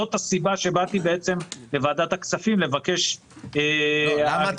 זו הסיבה שבאנו לוועדת הכספים לבקש אישור להשקעת